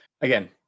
again